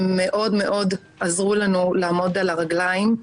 הם מאוד מאוד עזרו לנו לעמוד על הרגליים.